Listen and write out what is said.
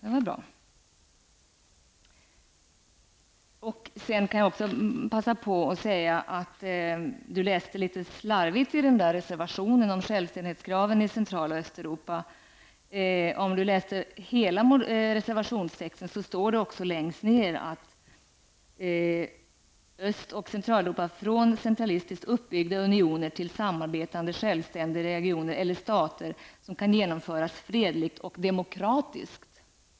Jag vill också passa på att säga att Håkan Holmberg läste litet slarvigt i reservationen om självständighetskraven i Central och Östeuropa. Den som läser hela reservationstexten ser att det längst ner också talas om att länderna i Öst och Centraleuropa kan utvecklas från centralistiskt uppbyggda unioner till samarbetande självständiga regioner eller stater, något som kan genomföras fredligt och demokratiskt.